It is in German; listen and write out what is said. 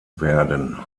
werden